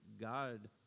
God